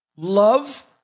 Love